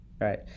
Right